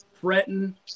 threaten